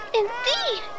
indeed